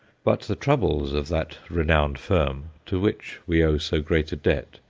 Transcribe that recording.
but the troubles of that renowned firm, to which we owe so great a debt,